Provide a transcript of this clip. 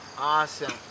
Awesome